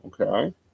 Okay